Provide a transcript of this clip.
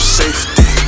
safety